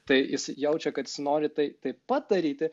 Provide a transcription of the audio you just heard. tai jis jaučia kad jis nori tai taip pat daryti